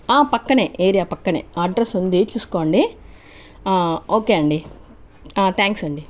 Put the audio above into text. పక్కనే ఏరియా పక్కనే అడ్రస్ ఉంది చూస్కోండి ఓకే అండీ ఆ థ్యాంక్స్ అండీ